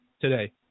today